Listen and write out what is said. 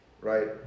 right